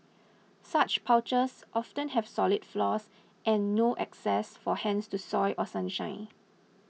such porches often have solid floors and no access for hens to soil or sunshine